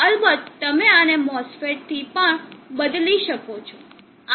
અલબત્ત તમે આને MOSFET થી પણ બદલી શકો છો